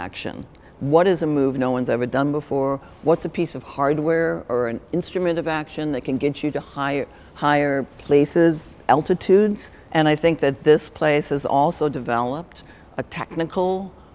action what is a move no one's ever done before what's a piece of hardware or an instrument of action that can get you to higher higher places altitudes and i think that this place has also developed a technical